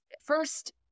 first